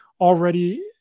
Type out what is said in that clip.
already